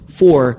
four